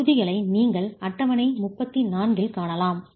பகுதிகளை நீங்கள் அட்டவணை 34 இல் காணலாம்